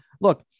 Look